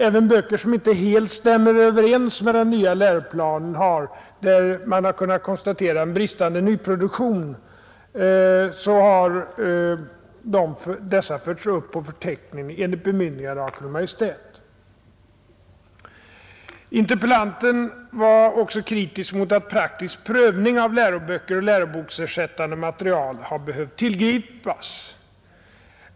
Även böcker som inte helt stämmer överens med den nya läroplanen har, där man kunnat konstatera en bristande nyproduktion, förts upp på förteckningen enligt bemyndigande av Kungl. Maj:t. Interpellanten var också kritisk mot att praktisk prövning av läroböcker och läroboksersättande material har behövt tillgripas.